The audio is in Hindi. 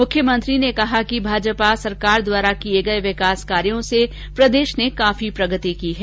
मुख्यमंत्री ने कहा कि भाजपा सरकार द्वारा किए गए विकास कार्यों से प्रदेश ने काफी प्रगति की है